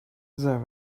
there